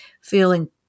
feeling